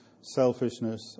selfishness